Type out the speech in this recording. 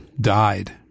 died